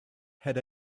had